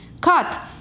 cut